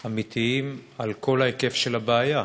אמיתיים על כל ההיקף של הבעיה.